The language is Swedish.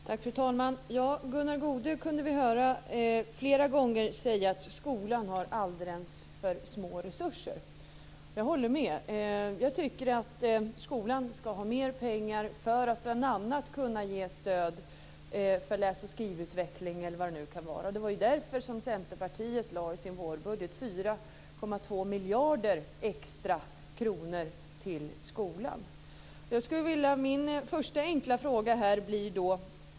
Fru talman! Gunnar Goude kunde vi flera gånger höra säga att skolan har alldeles för små resurser. Jag håller med. Jag tycker att skolan ska ha mer pengar för att bl.a. kunna ge stöd för läs och skrivutveckling. Det var därför Centerpartiet i sin vårbudget avsatte 4,2 miljarder extra kronor till skolan. Min första enkla fråga blir följande.